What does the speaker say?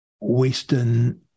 Western